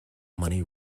money